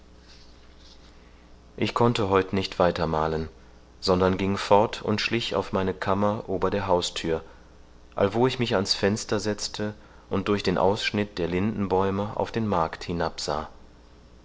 ich konnte heut nicht weiter malen sondern ging fort und schlich auf meine kammer ober der hausthür allwo ich mich ans fenster setzte und durch den ausschnitt der lindenbäume auf den markt hinabsah